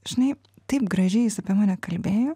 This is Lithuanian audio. žinai taip gražiai jis apie mane kalbėjo